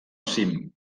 cim